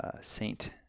Saint